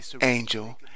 angel